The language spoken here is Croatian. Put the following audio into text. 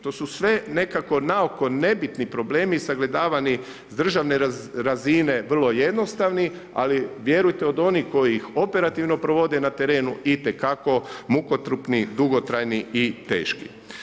To su sve nekako na oko nebitni problemi, sagledavani sa državne razine, vrlo jednostavni, ali vjerujte, od onih koji ih operativno provode na terenu, itekako, mukotrpni, dugotrajni i teški.